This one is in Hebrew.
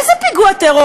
איזה פיגוע טרור,